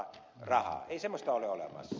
ei semmoista ole olemassa